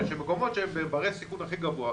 ושמקומות שהם ברי סיכון הכי גבוה,